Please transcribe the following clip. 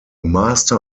master